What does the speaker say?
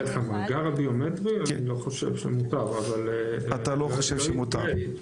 דרך המאגר הביומטרי אני לא חושב שמותר אבל --- "אתה לא חושב שמותר".